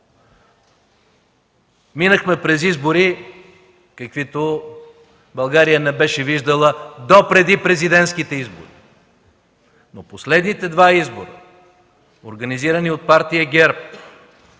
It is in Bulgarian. Минахме през избори, каквито България не беше виждала допреди президентските избори. Последните два избора, организирани от Партия ГЕРБ,